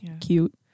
Cute